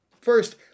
First